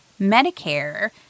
Medicare